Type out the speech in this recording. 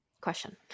question